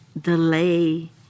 Delay